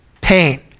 pain